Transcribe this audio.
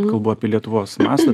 kalbu apie lietuvos mastą